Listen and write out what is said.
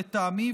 לטעמי,